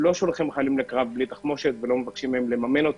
לא שולחים חיילים לקרב בלי תחמושת ולא מבקשים מהם לממן אותה,